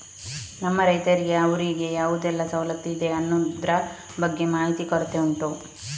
ನಮ್ಮ ರೈತರಿಗೆ ಅವ್ರಿಗೆ ಯಾವುದೆಲ್ಲ ಸವಲತ್ತು ಇದೆ ಅನ್ನುದ್ರ ಬಗ್ಗೆ ಮಾಹಿತಿ ಕೊರತೆ ಉಂಟು